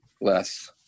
less